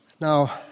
now